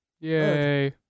Yay